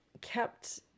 kept